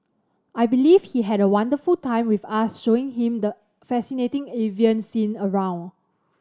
I believe he had a wonderful time with us showing him the fascinating avian scene around